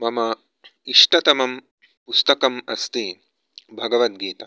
मम इष्टतमं पुस्तकम् अस्ति भगवद्गीता